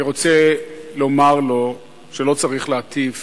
אני רוצה לומר לו, שלא צריך להטיף